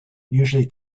usually